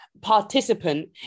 Participant